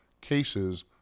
cases